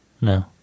No